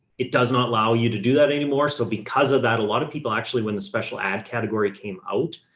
it does not allow you to do that anymore. so because of that, a lot of people actually, when the special ad category came out,